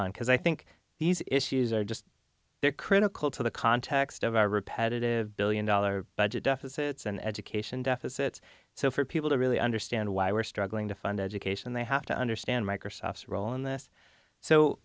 because i think these issues are just they're critical to the context of our repetitive billion dollar budget deficit and education deficit so for people to really understand why we're struggling to fund education they have to understand microsoft's role in this